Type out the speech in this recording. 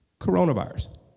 Coronavirus